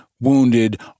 wounded